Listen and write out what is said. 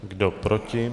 Kdo proti?